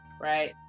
right